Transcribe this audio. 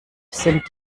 sind